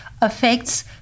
affects